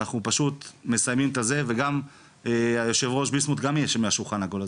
אנחנו מסיימים את זה וגם היו"ר בועז ביסמוט יהיה חלק מהשולחן העגול,